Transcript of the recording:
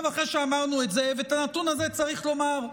ואת הנתון הזה צריך לומר,